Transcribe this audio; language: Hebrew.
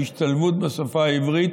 ההשתלבות בשפה העברית,